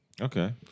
Okay